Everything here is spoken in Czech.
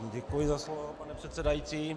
Děkuji za slovo, pane předsedající.